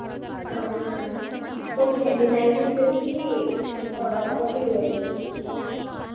అవునా ఓకే అండి నైన్టీ ఫైవ్కి ఓకే చేయండి